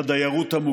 על הדיירות המוגנת.